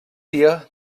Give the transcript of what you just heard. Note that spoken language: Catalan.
dia